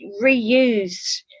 reused